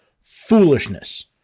foolishness